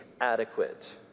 adequate